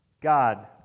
God